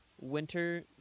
Winter